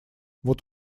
вот